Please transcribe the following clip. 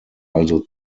also